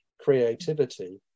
creativity